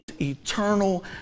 eternal